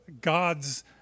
God's